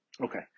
Okay